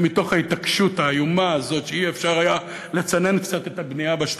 זה מתוך ההתעקשות האיומה הזאת שאי-אפשר היה לצנן קצת את הבנייה בשטחים.